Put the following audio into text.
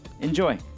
Enjoy